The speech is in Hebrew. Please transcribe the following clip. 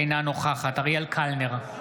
אינה נוכחת אריאל קלנר,